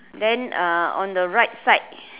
then uh on the right side